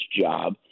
job